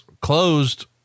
closed